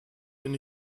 bin